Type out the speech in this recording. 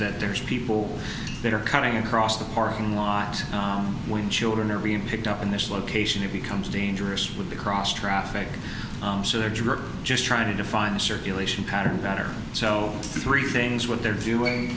that there are people that are coming across the parking lot when children are being picked up in this location it becomes dangerous with the cross traffic so they're just trying to find circulation patterns that are so three things what they're doing